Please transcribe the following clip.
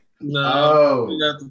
No